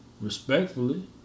Respectfully